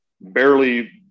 barely